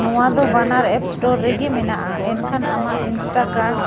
ᱱᱚᱣᱟ ᱫᱚ ᱵᱟᱱᱟᱨ ᱮᱯᱥ ᱮᱥᱴᱳᱨ ᱨᱮᱜᱮ ᱢᱮᱱᱟᱜᱼᱟ ᱮᱱᱠᱷᱟᱱ ᱟᱢᱟᱜ ᱤᱱᱥᱴᱟ ᱠᱟᱨᱰ